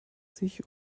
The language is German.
sich